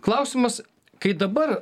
klausimas kai dabar